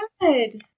Good